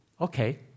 okay